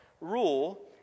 rule